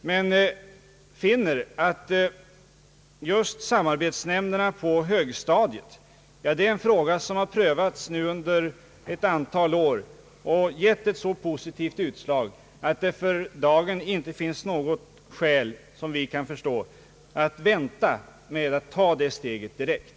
Men vi anser att samarbetsnämnderna på högstadiet prövats under ett tillräckligt antal år och givit så positivt utslag att det för dagen inte finns något skäl att vänta med att ta steget till obligatorium direkt.